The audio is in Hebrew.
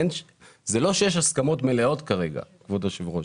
זה לא שיש הסכמות מלאות כרגע, כבוד היושב-ראש.